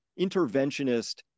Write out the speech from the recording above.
interventionist